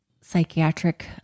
psychiatric